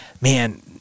man